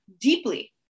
deeply